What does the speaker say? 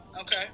Okay